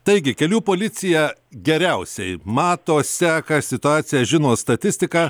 taigi kelių policija geriausiai mato seka situaciją žino statistiką